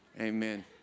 Amen